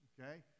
Okay